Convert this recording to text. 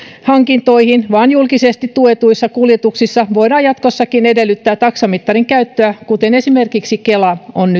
hankintoihin vaan julkisesti tuetuissa kuljetuksissa voidaan jatkossakin edellyttää taksamittarin käyttöä kuten esimerkiksi kela on